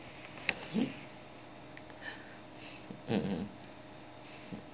mmhmm